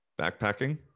backpacking